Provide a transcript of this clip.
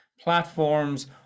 platforms